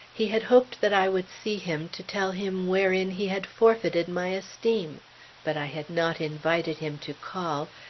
he had hoped that i would see him to tell him wherein he had forfeited my esteem but i had not invited him to call,